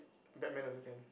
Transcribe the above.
Batman also can